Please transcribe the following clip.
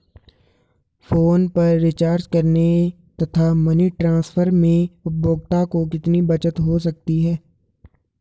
Phone पर recharge करने तथा मनी ट्रांसफर में उपभोक्ता को कितनी बचत हो सकती है?